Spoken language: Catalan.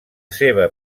seva